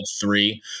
three